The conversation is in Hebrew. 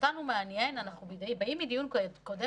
אותנו מעניין אנחנו באים מדיון קודם